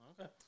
Okay